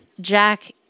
Jack